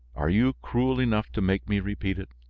are you cruel enough to make me repeat it?